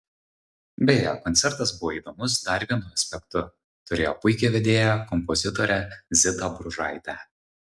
beje koncertas buvo įdomus dar vienu aspektu turėjo puikią vedėją kompozitorę zitą bružaitę